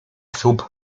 słup